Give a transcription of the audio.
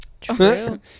true